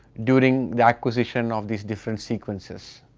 during the acquisition of these different sequences.